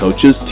coaches